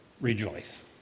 rejoice